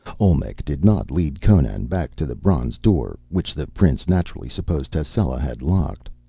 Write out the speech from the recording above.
olmec did not lead conan back to the bronze door, which the prince naturally supposed tascela had locked,